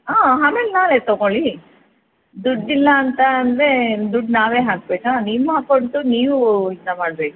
ಹಾಂ ಆಮೇಲ್ ನಾಳೆ ತಗೊಳ್ಳಿ ದುಡ್ಡಿಲ್ಲ ಅಂತ ಅಂದರೆ ದುಡ್ಡು ನಾವೇ ಹಾಕಬೇಕಾ ನಿಮ್ಮ ಹಕೌಂಟು ನೀವು ಇದನ್ನು ಮಾಡಬೇಕು